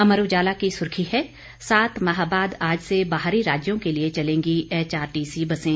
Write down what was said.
अमर उजाला की सुर्खी है सात माह बाद आज से बाहरी राज्यों के लिये चलेंगी एचआरटीसी बसें